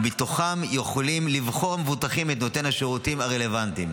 ומתוכם המבוטחים יכולים לבחור את נותן השירותים הרלוונטי.